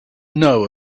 know